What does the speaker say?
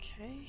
Okay